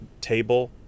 table